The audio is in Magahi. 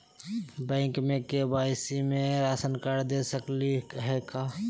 बैंक में के.वाई.सी में राशन कार्ड दे सकली हई का?